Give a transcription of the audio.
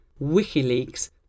WikiLeaks